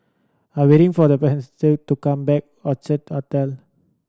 I'm waiting for the to come back Orchard Hotel